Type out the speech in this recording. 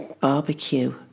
barbecue